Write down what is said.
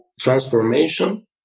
transformation